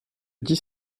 dix